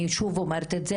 אני שוב אומרת את זה,